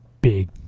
big